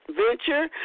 venture